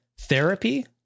therapy